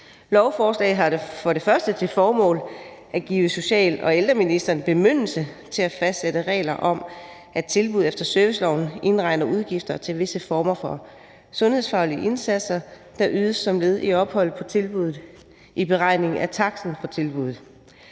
Lovforslaget har for det første til formål at give social- og ældreministeren bemyndigelse til at fastsætte regler om, at tilbud efter serviceloven indregner udgifter til visse former for sundhedsfaglige indsatser, der ydes som led i ophold på tilbuddet, i beregningen af taksten for tilbuddet.